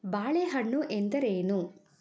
ಬಾಳೆಹಣ್ಣು ಎಂದರೇನು